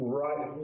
right